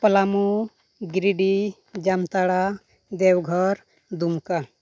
Palamu Giridih Jamtara Deoghar Dumka